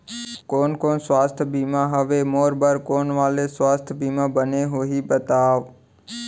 कोन कोन स्वास्थ्य बीमा हवे, मोर बर कोन वाले स्वास्थ बीमा बने होही बताव?